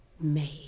made